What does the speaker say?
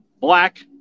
Black